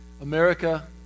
America